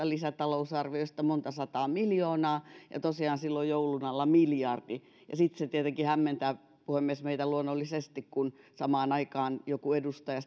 lisätalousarvioista monta sataa miljoonaa ja tosiaan silloin joulun alla miljardi se tietenkin hämmentää meitä puhemies luonnollisesti kun samaan aikaan joku edustaja